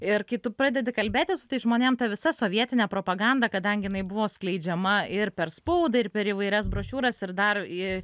ir kai tu pradedi kalbėti su tais žmonėm ta visa sovietinė propaganda kadangi jinai buvo skleidžiama ir per spaudą ir per įvairias brošiūras ir dar į